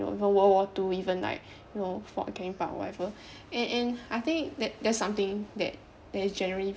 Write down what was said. even world war two even like you know fort canning park or whatever and and I think that there's something that that is generally